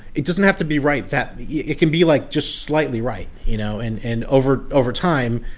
it doesn't have to be right that yeah it can be, like, just slightly right, you know? and and over over time,